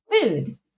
food